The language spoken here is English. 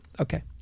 Okay